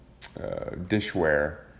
dishware